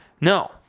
No